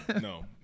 No